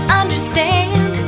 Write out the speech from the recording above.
understand